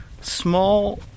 small